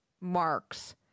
marks